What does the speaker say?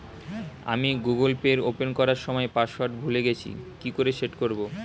আমি Google Pay open করার সময় পাসওয়ার্ড ভুলে গেছি কি করে সেট করব?